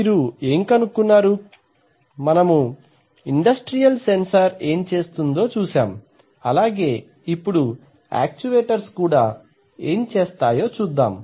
మీరు ఏం కనుక్కున్నారు మనము ఇండస్ట్రియల్ సెన్సార్ ఏం చేస్తుందో చూశాం అలాగే ఇప్పుడు యాక్చువేటర్ ఏం చేస్తాయో చూద్దాం